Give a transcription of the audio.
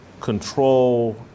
control